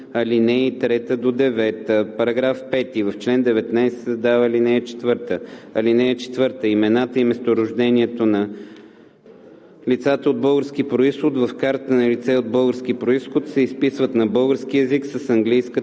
алинеи 3 – 9. § 5. В чл. 19 се създава ал. 4: „(4) Имената и месторождението на лицата от български произход в картата на лице от български произход се изписват на български език с английска